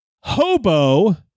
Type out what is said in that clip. Hobo